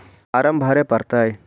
Farm भरे परतय?